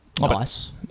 nice